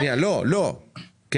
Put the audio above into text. לא, נירה.